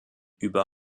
über